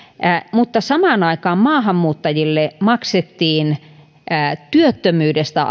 mutta samaan aikaan maahanmuuttajille maksettiin työttömyydestä